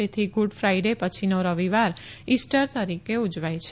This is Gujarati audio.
તેથી ગુડ ફાઈડે પછીનો રવિવાર ઇસ્ટર તરીકે ઉજવાય છે